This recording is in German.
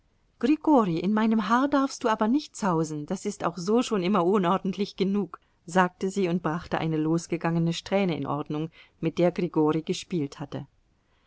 grigori in meinem haar darfst du aber nicht zausen das ist auch so schon immer unordentlich genug sagte sie und brachte eine losgegangene strähne in ordnung mit der grigori gespielt hatte